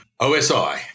OSI